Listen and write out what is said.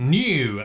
new